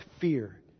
fear